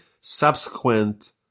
subsequent